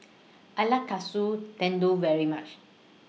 I like Katsu Tendon very much